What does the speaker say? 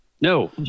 no